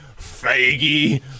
Faggy